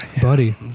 buddy